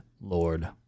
Lord